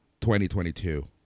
2022